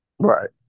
Right